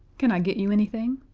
can i get you anything?